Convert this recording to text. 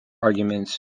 arguments